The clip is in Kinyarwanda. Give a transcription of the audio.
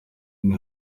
niwe